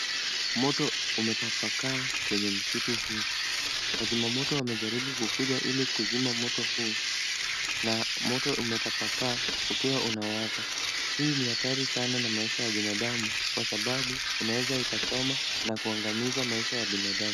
Moto umetapakaa kwenye msitu huu. Wazimamoto wamejaribu kukuja ili kuzima moto na moto huu umetapakaa ukiwa unawaka. Hii ni hatari sana na maisha ya binadamu kwa sababu inaweza ikachoma na kuangamiza maisha ya binadamu.